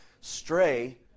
stray